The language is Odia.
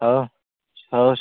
ହଉ ହଉ